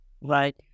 Right